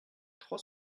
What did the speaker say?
trois